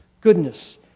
goodness